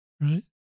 right